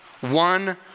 one